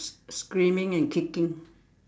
screaming and kicking